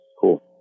cool